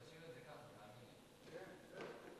שלא תהיה אי-הבנה.